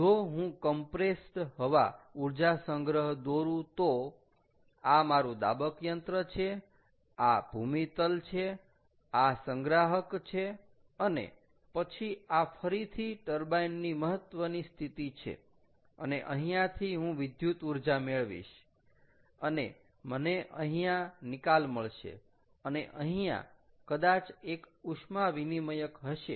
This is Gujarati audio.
જો હું કમ્પ્રેસ્ડ હવા ઊર્જા સંગ્રહ દોરુ તો આ મારુ દાબક યંત્ર છે આ ભૂમિતલ છે આ સંગ્રાહક છે અને પછી આ ફરીથી ટર્બાઈન ની મહત્ત્વની સ્થિતિ છે અને અહીંયાથી હું વિદ્યુત ઊર્જા મેળવીશ અને મને અહીંયા નિકાલ મળશે અને અહીંયા કદાચ એક ઉષ્મા વિનિમયક હશે